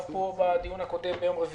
על נושא אחד דיברתי פה בדיון הקודם, ביום רביעי,